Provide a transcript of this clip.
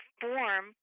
form